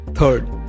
Third